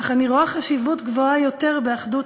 אך אני רואה חשיבות גבוהה יותר באחדות